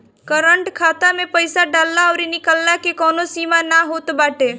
current खाता में पईसा डालला अउरी निकलला के कवनो सीमा ना होत बाटे